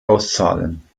auszahlen